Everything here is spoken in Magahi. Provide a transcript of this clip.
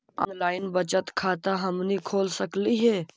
ऑनलाइन बचत खाता हमनी खोल सकली हे?